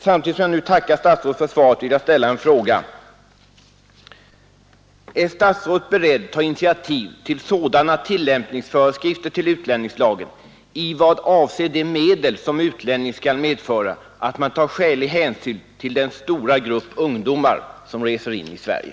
Samtidigt som jag nu tackar statsrådet för svaret vill jag ställa en fråga: Är statsrådet beredd att ta initiativ till sådana tillämpningsföreskrifter till utlänningslagen i vad avser de medel som utlänning skall medföra, att man tar skälig hänsyn till den stora grupp ungdomar som reser in i Sverige?